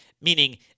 Meaning